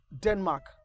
Denmark